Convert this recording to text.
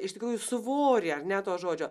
iš tikrųjų svorį ar ne to žodžio